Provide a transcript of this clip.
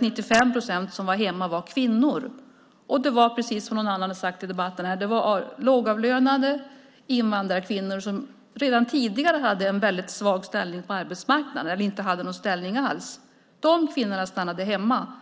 95 procent av dem som var hemma var kvinnor. Och precis som någon annan har sagt i debatten var det lågavlönade och invandrarkvinnor som redan tidigare hade en väldigt svag ställning eller inte hade någon ställning alls på arbetsmarknaden. De kvinnorna stannade hemma.